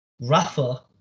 Rafa